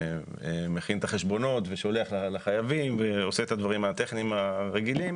מכין את החשבונות ושולח לחייבים ועושה את הדברים הטכניים הרגילים